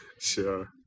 Sure